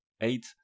eight